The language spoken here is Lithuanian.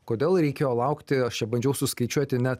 kodėl reikėjo laukti aš čia bandžiau suskaičiuoti ne